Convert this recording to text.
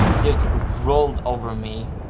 just rolled over me.